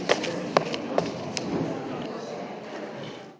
hvala.